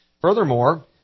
Furthermore